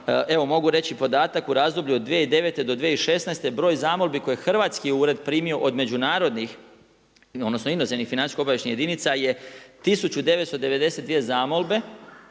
evo mogu reći podatak. U razdoblju od 2009. do 2016. broj zamolbi koje je hrvatski ured primio od međunarodnih, odnosno inozemnih financijsko-obavještajnih jedinica je 1992 zamolbe,